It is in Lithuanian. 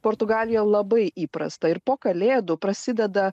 portugalija labai įprasta ir po kalėdų prasideda